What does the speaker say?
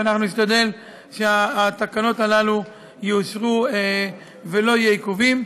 ואנחנו נשתדל שהתקנות האלה יאושרו ולא יהיו עיכובים.